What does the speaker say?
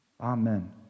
Amen